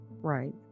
right